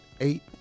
eight